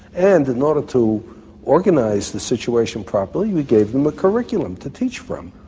and in order to organise the situation properly we gave them a curriculum to teach from.